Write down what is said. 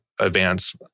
advance